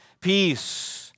peace